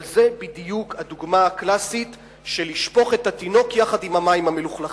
אבל זו בדיוק הדוגמה הקלאסית של לשפוך את התינוק יחד עם המים המלוכלכים.